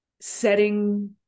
setting